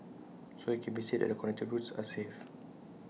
so IT can be said that the connecting routes are safe